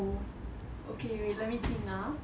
oh okay wait let me think ah